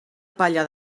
palla